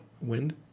Wind